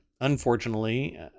unfortunately